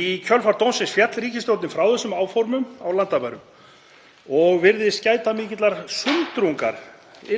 Í kjölfar dómsins féll ríkisstjórnin frá þessum áformum á landamærunum og virðist gæta mikillar sundrungar